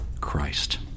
Christ